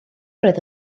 roedd